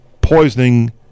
poisoning